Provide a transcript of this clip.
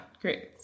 great